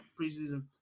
preseason